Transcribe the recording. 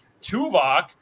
Tuvok